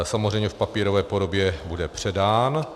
Samozřejmě v papírové podobě bude předán.